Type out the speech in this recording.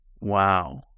Wow